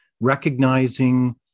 recognizing